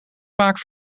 vaak